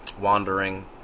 wandering